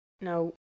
no